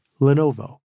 Lenovo